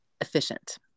efficient